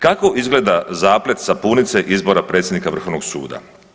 Kako izgleda zaplet sapunice izbora predsjednika Vrhovnog suda?